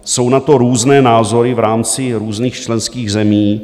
Jsou na to různé názory v rámci různých členských zemí.